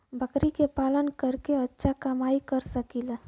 बकरी के पालन करके अच्छा कमाई कर सकीं ला?